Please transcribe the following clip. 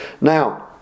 Now